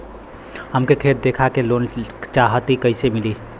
हमके खेत देखा के लोन चाहीत कईसे मिली?